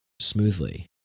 smoothly